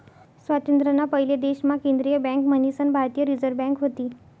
स्वातंत्र्य ना पयले देश मा केंद्रीय बँक मन्हीसन भारतीय रिझर्व बँक व्हती